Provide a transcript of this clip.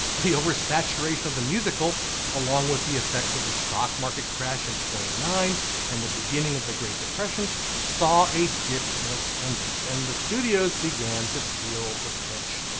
the oversaturation of the musical along with the effects of the stock market crash of and twenty nine and the beginning of the great depression saw a dip in attendance and the studios began to feel the pinch.